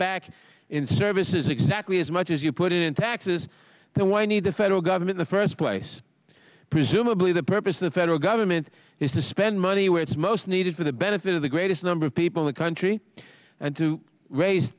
back in services exactly as much as you put it in taxes then why need the federal government the first place presumably the purpose the federal government is to spend money where it's most needed for the benefit of the greatest number of people the country and to raise